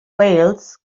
wales